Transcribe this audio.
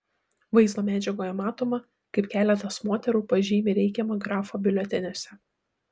vaizdo medžiagoje matoma kaip keletas moterų pažymi reikiamą grafą biuleteniuose